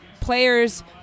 players